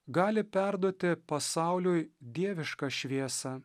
gali perduoti pasauliui dievišką šviesą